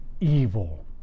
evil